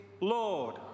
Lord